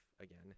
again